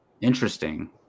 Interesting